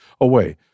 away